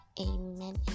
amen